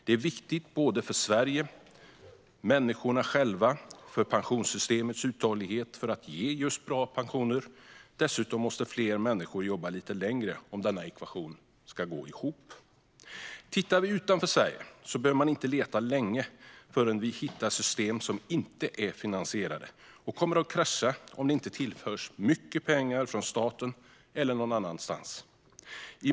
Det är viktigt för Sverige, för människorna själva och för pensionssystemets uthållighet i fråga om att ge just bra pensioner. Dessutom måste fler människor jobba lite längre om denna ekvation ska gå ihop. Vi kan titta på hur det ser ut utanför Sverige. Vi behöver inte leta länge förrän vi hittar system som inte är finansierade och som kommer att krascha om det inte tillförs mycket pengar från staten eller någon annan.